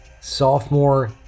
Sophomore